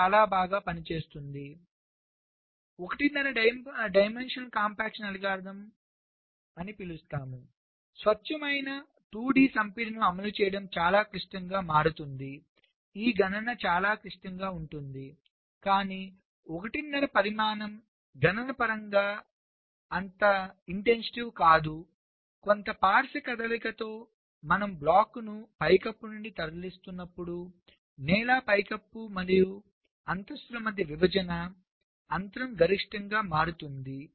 ఇది చాలా బాగా పనిచేస్తుంది స్వచ్ఛమైన 2 డి సంపీడనం అమలు చేయడం చాలా క్లిష్టంగా మారుతుంది ఈ గణన చాలా క్లిష్టంగా ఉంటుంది కానీ ఒకటిన్నర పరిమాణం గణనపరంగా అంత ఇంటెన్సివ్ కాదు మరియు కొంత పార్శ్వ కదలికతో మనము బ్లాక్ను పైకప్పు నుండి తరలిస్తున్నప్పుడు నేల పైకప్పు మరియు అంతస్తుల మధ్య విభజన అంతరం గరిష్టంగా మారుతుంది